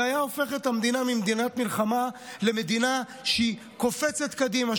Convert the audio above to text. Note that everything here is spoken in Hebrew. זה היה הופך את המדינה ממדינת מלחמה למדינה שקופצת קדימה,